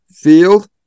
Field